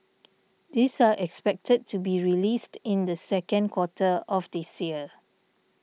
these are expected to be released in the second quarter of this year